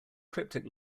cryptic